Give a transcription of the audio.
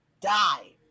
die